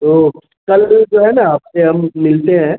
تو کل جو ہے نا آپ سے ہم ملتے ہیں